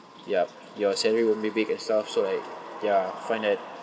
yup your salary won't be big and stuff so like ya I find that